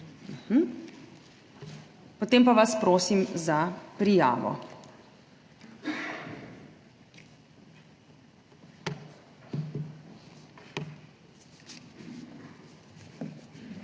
Potem pa vas prosim za prijavo.